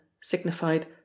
signified